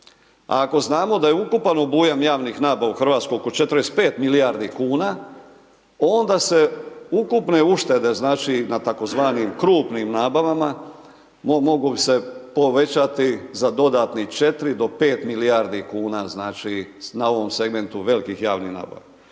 ako znamo da je ukupan obujam javne nabave u Hrvatskoj oko 45 milijardi kuna, onda se ukupne uštede, znači na tzv. krupnim nabavama, mogu se povećati za dodatnih 4 do 5 milijardi kuna, znači na ovom segmentu velikih javni nabavi.